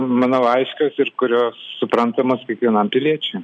manau aiškios ir kurios suprantamos kiekvienam piliečiui